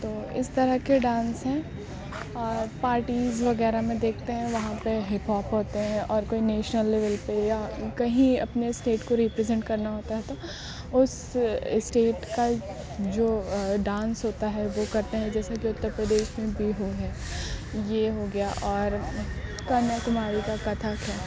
تو اس طرح کے ڈانس ہیں اور پارٹیز وغیرہ میں دیکھتے ہیں وہاں پہ ہپوپ ہوتے ہیں اور کوئی نیشنل لیول پہ یا کہیں اپنے اسٹیٹ کو ریپرزینٹ کرنا ہوتا ہے تو اس اسٹیٹ کا جو ڈانس ہوتا ہے وہ کرتے ہیں جیسے کہ اتر پردیش میں بھی بیہو ہے یہ ہو گیا اور کنیا کماری کا کتھک ہے